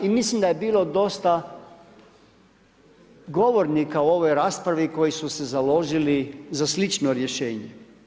I mislim da je bilo dosta govornika u ovoj raspravi koji su se založili za slično rješenje.